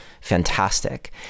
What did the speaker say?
fantastic